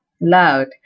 Loud